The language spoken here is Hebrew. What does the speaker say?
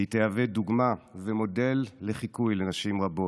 והיא תהווה דוגמה ומודל לחיקוי לנשים רבות,